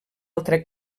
altra